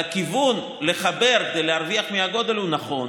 הכיוון לחבר ולהרוויח מהגודל הוא נכון,